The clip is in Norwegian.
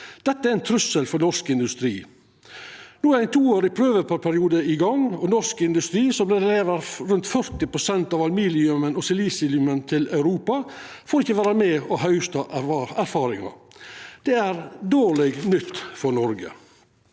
Dette er ein trussel for norsk industri. No er ein toårig prøveperiode i gang. Norsk industri, som leverer rundt 40 pst. av aluminiumen og silisiumet til Europa, får ikkje vera med og hausta erfaringar. Det er dårleg nytt for Noreg.